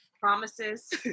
promises